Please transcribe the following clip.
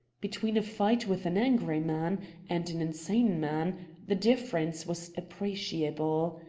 between a fight with an angry man and an insane man the difference was appreciable.